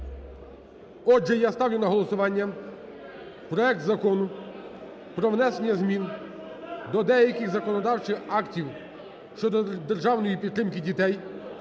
Отже, я ставлю на голосування проект Закону про внесення змін до деяких законодавчих актів щодо державної підтримки дітей,